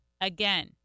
again